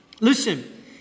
listen